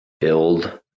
build